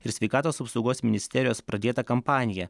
ir sveikatos apsaugos ministerijos pradėtą kampaniją